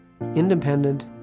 Independent